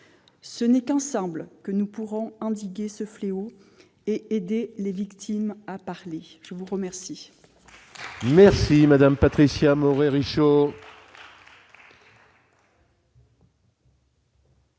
Ce n'est qu'ensemble que nous pourrons endiguer ce fléau et aider les victimes à parler ! La parole